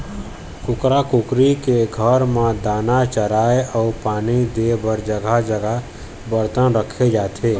कुकरा कुकरी के घर म दाना, चारा अउ पानी दे बर जघा जघा बरतन राखे जाथे